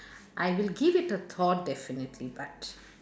I will give it a thought definitely but